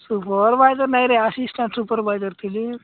supervisor ନାଁହିଁରେ assistant supervisor ଥିଲି